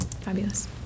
Fabulous